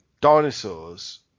dinosaurs